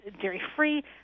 dairy-free